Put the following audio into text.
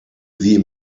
wie